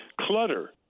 clutter